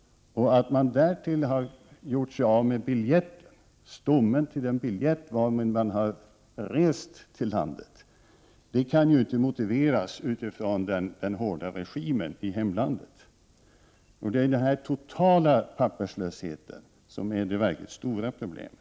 Att människor dessutom gör sig av med stommen till den biljett med vilken de har rest till Sverige kan ju inte motiveras med åberopande av den hårda regimen i hemlandet. Det är denna totala papperslöshet som är det verkligt stora problemet.